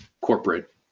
corporate